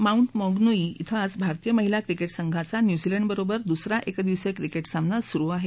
mount Maunganui क्रि आज भारतीय महिला क्रिकेट संघाचा न्यूझीलंड बरोबर दुसरा एकदिवसीय क्रिकेट सामना सुरु आहे